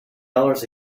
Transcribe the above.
dollars